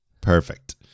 Perfect